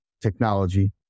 technology